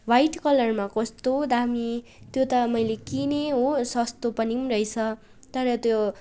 white कलरमा कस्तो दामी त्यो त मैले किनेँ हो सस्तो पनि रहेछ तर त्यो